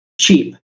cheap